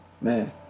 Man